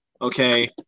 Okay